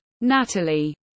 Natalie